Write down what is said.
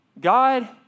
God